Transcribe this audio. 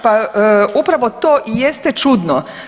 Pa upravo to i jeste čudno.